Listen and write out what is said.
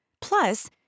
Plus